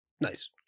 Nice